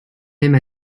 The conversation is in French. même